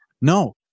No